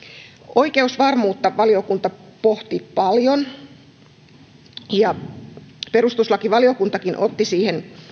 oikeusvarmuutta valiokunta pohti paljon perustuslakivaliokuntakin otti siihen